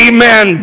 Amen